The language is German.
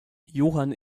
johann